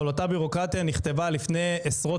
אבל אותה בירוקרטיה נכתבה לפני עשרות